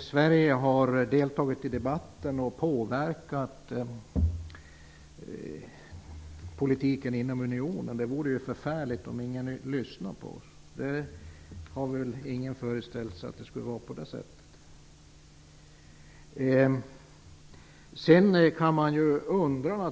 Sverige har självklart deltagit i debatten och påverkat politiken inom unionen. Det vore ju förfärligt om ingen lyssnade på oss, men ingen har väl föreställt sig att det skulle vara på det sättet. Sedan kan man undra.